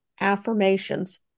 affirmations